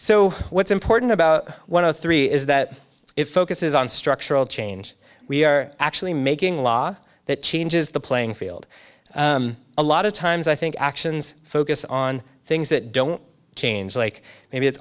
so what's important about one of three is that it focuses on structural change we're actually making law that changes the playing field a lot of times i think actions focus on things that don't change like maybe it's